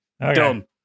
Done